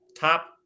top